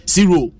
Zero